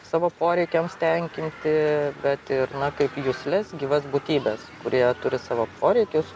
savo poreikiams tenkinti bet ir na kaip jusles gyvas būtybes kurie turi savo poreikius